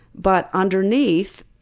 but underneath,